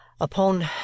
Upon